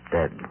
dead